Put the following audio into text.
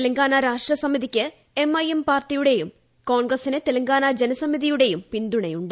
തെലങ്കാന രാഷ്ട്രസമിത്രിക്ക് M I M പാർട്ടിയുടെയും കോൺഗ്രസിന് ത്രെല്ലങ്കാ്ന ജനസമിതിയുടെയും പിന്തുണയുണ്ട്